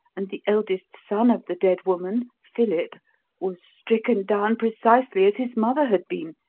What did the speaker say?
and the eldest son of the dead woman philip was stricken down precisely as his mother had been,